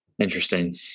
Interesting